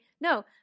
no